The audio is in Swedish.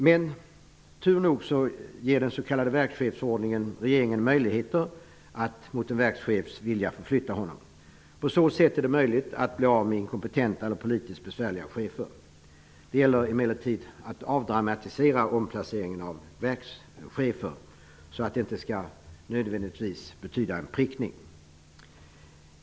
Men tursamt nog ger den s.k. verkschefsordningen regeringen möjligheter att mot en verkschefs vilja förflytta honom. På så sätt är det möjligt att bli av med inkompetenta och politiskt besvärliga chefer. Det gäller emellertid att avdramatisera omplaceringen av verkschefer, så att det inte nödvändigtvis betyder en prickning.